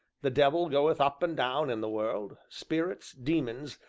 the devil goeth up and down in the world, spirits, daemons,